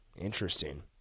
Interesting